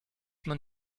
man